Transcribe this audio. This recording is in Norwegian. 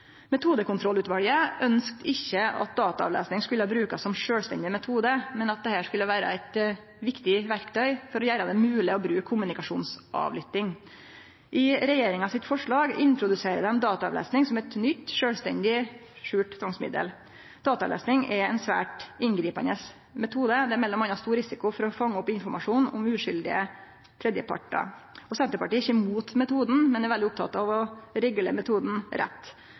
Metodekontrollutvalet ønskte ikkje at dataavlesing skulle brukast som sjølvstendig metode, men at dette skulle vere eit viktig verktøy for å gjere det mogleg å bruke kommunikasjonsavlytting. I regjeringa sitt forslag introduserer dei dataavlesing som eit nytt, sjølvstendig, skjult tvangsmiddel. Dataavlesing er ein svært inngripande metode. Det er m.a. stor risiko for å fange opp informasjon om uskyldige tredjepartar. Senterpartiet er ikkje imot metoden, men er veldig oppteke av å regulere metoden rett.